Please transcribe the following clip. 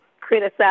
criticize